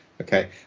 okay